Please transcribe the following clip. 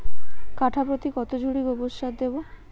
কাঠাপ্রতি কত ঝুড়ি গোবর সার দেবো?